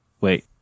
Wait